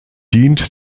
dient